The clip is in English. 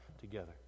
together